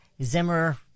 Zimmer